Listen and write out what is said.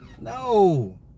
No